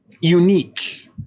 unique